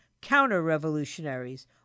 counter-revolutionaries